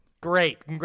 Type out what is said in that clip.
Great